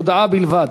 הודעה בלבד.